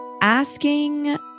asking